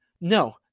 No